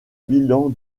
bilan